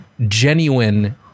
genuine